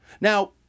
Now